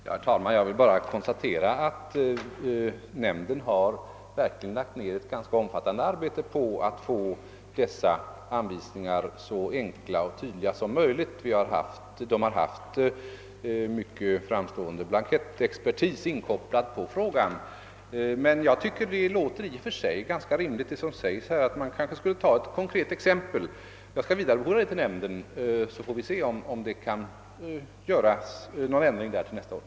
Herr talman! Jag vill endast konstatera att nämnden verkligen har lagt ned ett ganska omfattande arbete på att få dessa anvisningar så enkla och tydliga som möjligt; man har haft mycket framstående blankettexpertis inkopplad på frågan. I och för sig tycker jag emellertid att det låter rimligt att anvisningarna borde ha kompletterats med ett konkret exempel. Jag skall vidarebefordra uppslaget till nämnden, så får vi se om blanketterna kan ändras till nästa år.